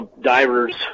divers